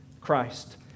Christ